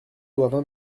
doivent